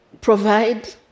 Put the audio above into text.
provide